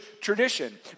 tradition